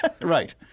Right